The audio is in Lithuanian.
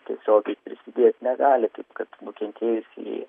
tiesiogiai prisidėt negali taip kad nukentėjusieji